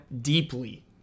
deeply